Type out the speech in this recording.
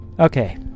Okay